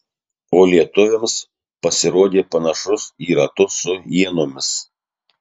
o lietuviams pasirodė panašus į ratus su ienomis